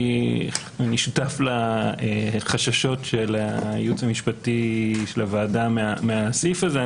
אני שותף לחששות של היועץ המשפטי של הוועדה מהסעיף הזה.